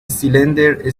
cylinder